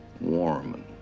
warm